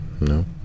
No